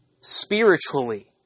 spiritually